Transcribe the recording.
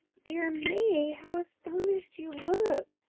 dear me, how astonished you look!